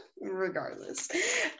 Regardless